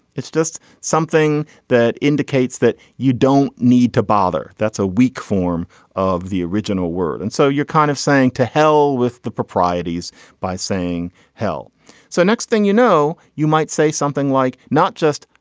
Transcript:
it's just something that indicates that you don't need to bother. that's a weak form of the original word. and so you're kind of saying to hell with the proprieties by saying hell so next thing you know you might say something like not just.